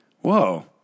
Whoa